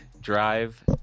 drive